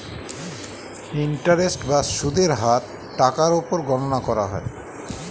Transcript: interest বা সুদের হার টাকার উপর গণনা করা হয়